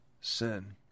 sin